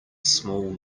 small